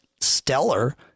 stellar